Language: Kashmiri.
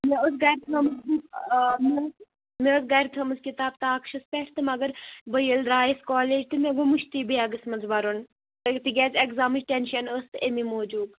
مےٚ ٲس گَرِ تھٲمٕژ بُک مےٚ ٲس مےٚ ٲس گَرِ تھٲمٕژ کِتاب تاکھچٮ۪س پٮ۪ٹھ تہٕ مَگر بہٕ ییٚلہِ درٛایَس کالج مےٚ گوو مٔشتٕے بیگَس منٛز بَرُن تِکیازِ ایٚکزامٕچ ٹیٚنشن ٲس تہٕ اَمہِ موٗجوٗب